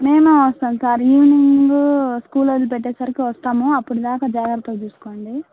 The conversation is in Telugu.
మేమే వస్తాం సార్ ఈవినింగ్ స్కూల్ వదిలి పెట్టేసరికి వస్తాం అప్పటిదాకా జాగ్రత్తగా చూసుకోండి